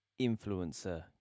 influencer